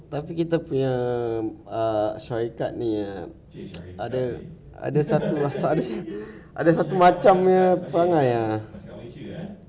tapi kita punya uh syarikat ni kan ada satu yang ada satu macam punya perangai ah